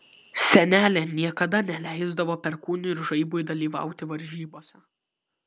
senelė niekada neleisdavo perkūnui ir žaibui dalyvauti varžybose